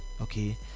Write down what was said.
Okay